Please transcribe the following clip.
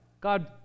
God